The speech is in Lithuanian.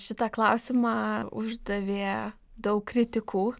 šitą klausimą uždavė daug kritikų